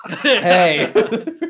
Hey